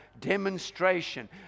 demonstration